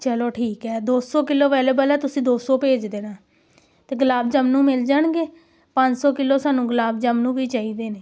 ਚਲੋ ਠੀਕ ਹੈ ਦੋ ਸੌ ਕਿਲੋ ਅਵੇਲੇਬਲ ਹੈ ਤੁਸੀਂ ਦੋ ਸੌ ਭੇਜ ਦੇਣਾ ਅਤੇ ਗੁਲਾਬ ਜਾਮੁਨ ਮਿਲ ਜਾਣਗੇ ਪੰਜ ਸੌ ਕਿਲੋ ਸਾਨੂੰ ਗੁਲਾਬ ਜਾਮੁਨ ਵੀ ਚਾਹੀਦੇ ਨੇ